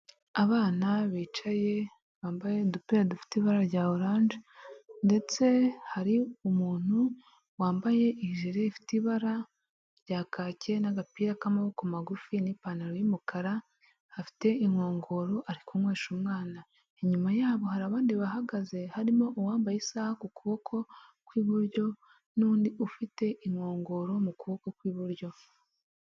Abana bicaye bambaye udupira dufite ibara rya oranje ndetse hari umuntu wambaye ijire ifite ibara rya kake n'agapira k'amaboko magufi n'ipantaro y'umukara afite inkongoro ari kunywesha umwana, inyuma yabo hari abandi bahagaze harimo uwambaye isaha ku kuboko kw'iburyo n'undi ufite inkongoro mu kuboko kw'iburyo.